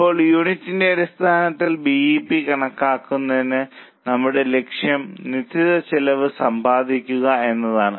ഇപ്പോൾ യൂണിറ്റ് അടിസ്ഥാനത്തിൽ B E P കണക്കാക്കുന്നതിന് നമ്മളുടെ ലക്ഷ്യം നിശ്ചിത ചെലവ് സമ്പാദിക്കുക എന്നതാണ്